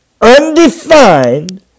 undefined